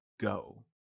go